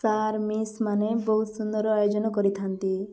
sir miss ମାନେ ବହୁତ ସୁନ୍ଦର ଆୟୋଜନ କରିଥାନ୍ତି